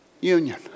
union